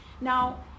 now